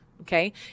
Okay